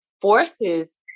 forces